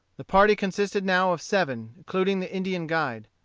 the party consisted now of seven, including the indian guide.